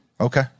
okay